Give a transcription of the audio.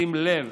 בשים לב